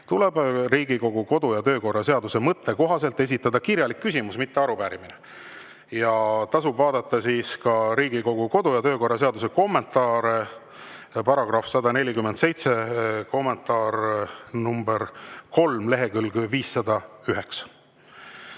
tuleb Riigikogu kodu- ja töökorra seaduse mõtte kohaselt esitada kirjalik küsimus, mitte arupärimine. Tasub vaadata ka Riigikogu kodu- ja töökorra seaduse kommentaari: § 147, kommentaar nr 3, lehekülg 509.